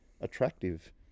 attractive